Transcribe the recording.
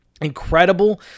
incredible